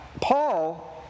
Paul